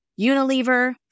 Unilever